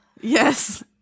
Yes